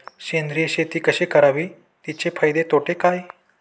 सेंद्रिय शेती कशी करावी? तिचे फायदे तोटे काय?